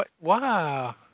Wow